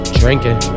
drinking